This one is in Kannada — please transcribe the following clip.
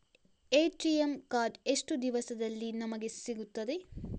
ಎ.ಟಿ.ಎಂ ಕಾರ್ಡ್ ಎಷ್ಟು ದಿವಸದಲ್ಲಿ ನಮಗೆ ಸಿಗುತ್ತದೆ?